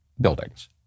buildings